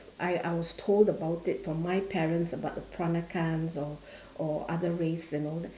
I I was told about it from my parents about the peranakans or or other race and all that